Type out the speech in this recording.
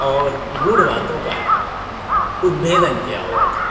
और गुड बातों का उदभेदन किया हुआ था